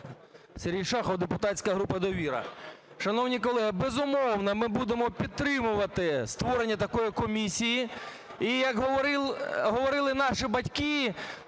Сергій Шахов, депутатська група "Довіра". Шановні колеги, безумовно, ми будемо підтримувати створення такої комісії і, як говорили наші батьки,